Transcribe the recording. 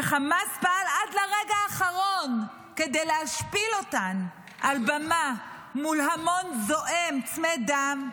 שחמאס פעל עד לרגע האחרון כדי להשפיל אותן על במה מול המון זועם צמא דם,